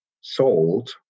sold